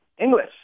English